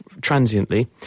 transiently